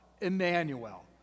Emmanuel